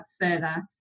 further